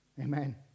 Amen